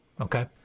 okay